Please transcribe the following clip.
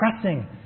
pressing